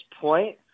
point